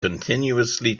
continuously